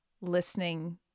listening